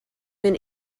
win